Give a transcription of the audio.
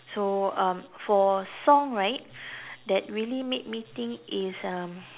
so um for song right that really made me think is um